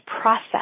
process